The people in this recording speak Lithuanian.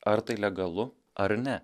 ar tai legalu ar ne